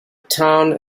town